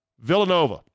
Villanova